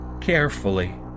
carefully